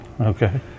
Okay